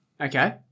Okay